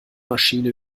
maschine